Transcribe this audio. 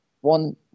one